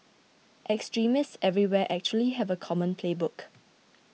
extremists everywhere actually have a common playbook